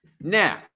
Now